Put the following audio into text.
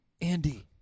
Andy